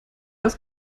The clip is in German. als